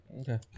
Okay